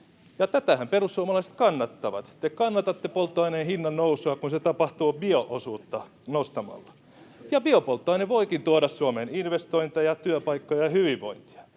tätähän perussuomalaiset kannattavat. Te kannatatte polttoaineen hinnannousua, kun se tapahtuu bio-osuutta nostamalla, ja biopolttoaine voikin tuoda Suomeen investointeja, työpaikkoja ja hyvinvointia.